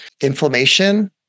inflammation